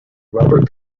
robert